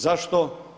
Zašto?